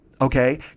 okay